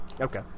Okay